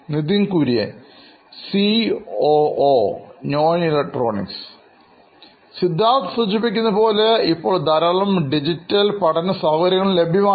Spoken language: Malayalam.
നിതിൻ കുര്യൻ സിഒഒ നോയിൻ ഇലക്ട്രോണിക്സ് സിദ്ധാർത്ഥ് സൂചിപ്പിക്കുന്നതുപോലെ ഇപ്പോൾ ധാരാളം ഡിജിറ്റൽ പഠന സൌകര്യങ്ങൾ ലഭ്യമാണ്